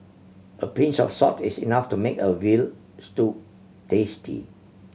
a pinch of salt is enough to make a veal stew tasty